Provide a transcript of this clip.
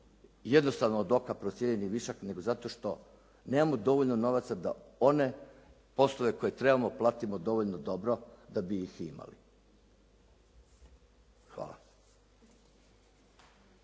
jednostavno od oka procijenjeni višak, nego zato što nemamo dovoljno novaca da one poslove koje trebamo platimo dovoljno dobro da bi ih imali. Hvala.